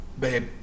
babe